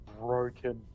broken